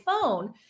phone